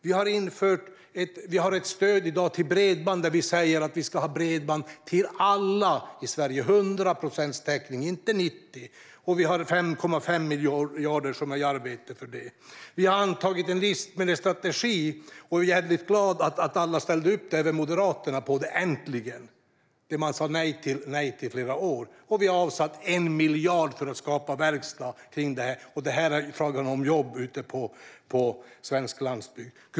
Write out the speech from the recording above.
Vi har i dag ett stöd till bredband, och vi säger att alla i Sverige ska ha bredband. Det ska vara 100 procents täckning, inte 90. Vi har satsat 5,5 miljarder på arbetet med detta. Vi har antagit en livsmedelsstrategi, och jag är mycket glad över att alla äntligen ställde sig bakom den - även Moderaterna som sa nej till den under flera år. Vi har avsatt 1 miljard kronor för att skapa verkstad när det gäller detta. Detta är fråga om jobb ute på svensk landsbygd.